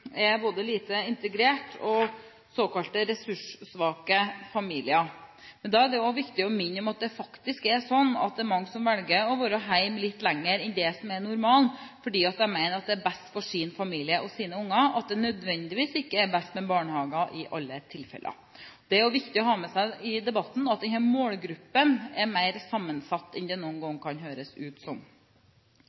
kontantstøtten, er både lite integrert og såkalte ressurssvake familier. Men da er det også viktig å minne om at det faktisk er slik at det er mange som velger å være hjemme litt lenger enn det som er normalen, fordi de mener at det er best for sin familie og sine barn – at det ikke nødvendigvis er best med barnehager i alle tilfeller. Det er også viktig å ha med seg i debatten at denne målgruppen er mer sammensatt enn det noen ganger kan høres ut som.